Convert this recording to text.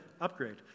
upgrade